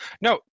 no